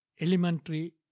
elementary